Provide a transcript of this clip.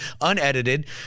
Unedited